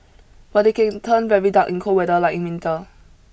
but they can turn very dark in cold weather like in winter